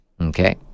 okay